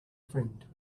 friend